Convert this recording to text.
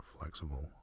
flexible